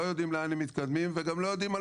לא יודעים לאן הם מתקדמים וגם לא יודעים על